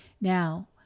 Now